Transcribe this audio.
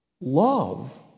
Love